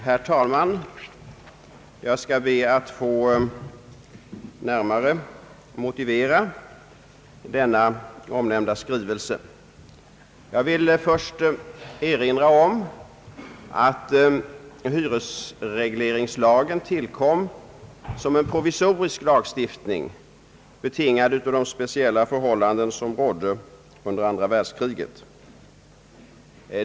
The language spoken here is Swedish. Herr talman! Jag skall be att få närmare motivera den här omnämnda skrivelsen. Jag vill först erinra om att hyresregleringslagen tillkom som en provisorisk lagstiftning, betingad av de speciella förhållanden som rådde under andra världskriget.